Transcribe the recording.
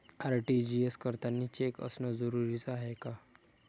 RTGS करतांनी cheque असनं जरुरीच हाय का?